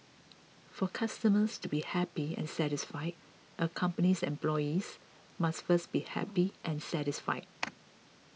for customers to be happy and satisfied a company's employees must first be happy and satisfied